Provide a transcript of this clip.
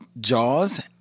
Jaws